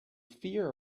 fear